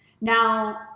Now